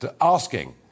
asking